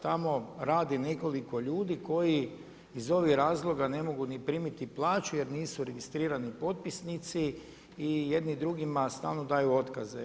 Tamo radi nekoliko ljudi koji iz ovih razloga ne mogu ni primiti plaću jer registrirani potpisnici i jedni drugima stalno daju otkaze.